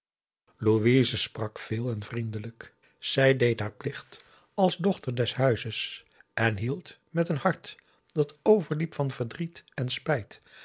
louise sprak veel en vriendelijk zij deed haar plicht als p a daum de van der lindens c s onder ps maurits dochter des huizes en hield met een hart dat overliep van verdriet en spijt